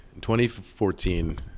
2014